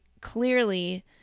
clearly